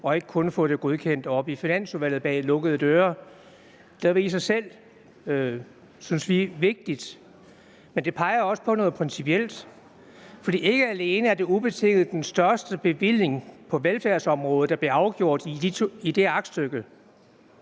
og ikke kun fået det godkendt oppe i Finansudvalget bag lukkede døre. Det er i sig selv, synes vi, vigtigt, men det peger også på noget principielt, for ikke alene er det ubetinget den største bevilling på velfærdsområdet, der bliver afgjort i det aktstykke